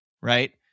right